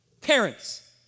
Parents